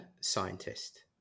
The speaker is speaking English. scientist